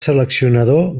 seleccionador